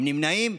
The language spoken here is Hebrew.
הם נמנעים,